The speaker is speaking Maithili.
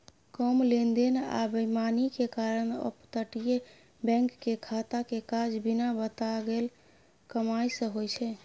कम लेन देन आ बेईमानी के कारण अपतटीय बैंक के खाता के काज बिना बताएल कमाई सँ होइ छै